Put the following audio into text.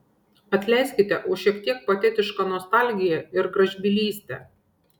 atleiskite už šiek tiek patetišką nostalgiją ir gražbylystę